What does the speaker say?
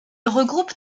regroupe